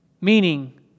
Meaning